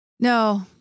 No